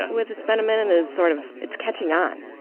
with it's been a minute, is sort of it's catching on.